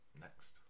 next